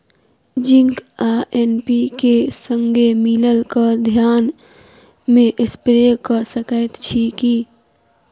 Zinc आ NPK, संगे मिलल कऽ धान मे स्प्रे कऽ सकैत छी की?